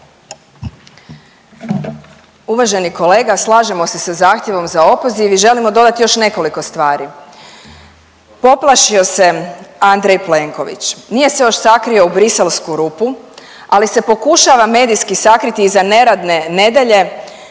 Uvaženi kolega slažemo se sa zahtjevom za opoziv i želimo dodati još nekoliko stvari. Poplašio se Andrej Plenković, nije se još sakrio u briselsku rupu, ali se pokušava medijski sakriti iza neradne nedjelje